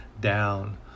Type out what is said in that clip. down